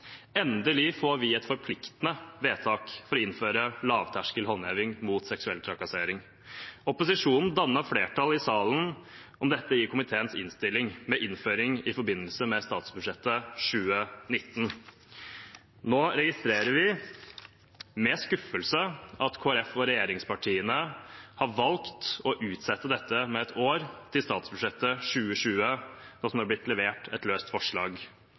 Endelig får vi et forpliktende vedtak for å innføre lavterskelhåndheving av seksuell trakassering. Opposisjonen dannet flertall om dette i komiteens innstilling, med innføring i forbindelse med statsbudsjettet for 2019. Nå registrerer vi med skuffelse at Kristelig Folkeparti og regjeringspartiene har valgt å utsette dette med ett år, til statsbudsjettet for 2020, som det er blitt levert et såkalt løst forslag